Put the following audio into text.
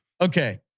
Okay